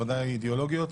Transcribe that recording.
בוודאי אידיאולוגיות.